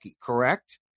correct